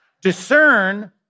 discern